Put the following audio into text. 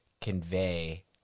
convey